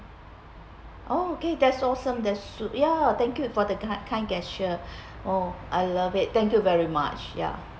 oh okay that's awesome that's su~ ya thank you for the kind gesture oh I love it thank you very much ya